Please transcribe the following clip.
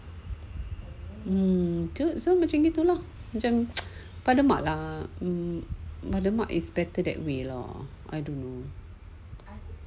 um so macam gitu lah macam pada mak lah better mak that way lor I don't know